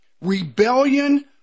Rebellion